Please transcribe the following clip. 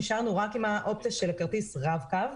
נשארנו רק עם האופציה של כרטיס הרב-קו,